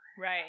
Right